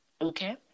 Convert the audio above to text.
okay